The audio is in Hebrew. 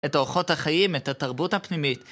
את אורחות החיים, את התרבות הפנימית.